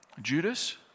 Judas